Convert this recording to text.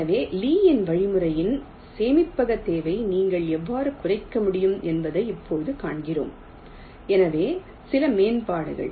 எனவே லீயின் வழிமுறையின் சேமிப்பக தேவையை நீங்கள் எவ்வாறு குறைக்க முடியும் என்பதை இப்போது காண்கிறோம் எனவே சில மேம்பாடுகள்